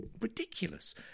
Ridiculous